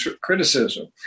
criticism